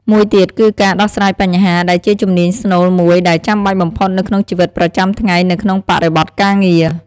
មួយទៀតគឺការដោះស្រាយបញ្ហា ដែលជាជំនាញស្នូលមួយដែលចាំបាច់បំផុតនៅក្នុងជីវិតប្រចាំថ្ងៃ និងក្នុងបរិបទការងារ។